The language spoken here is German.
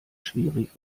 schwierig